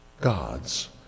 God's